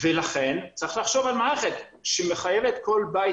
לכן צריך לחשוב על מערכת שמחייבת כל בית